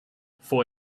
for